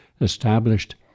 established